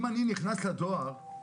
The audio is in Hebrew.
אם אני נכנס לדואר,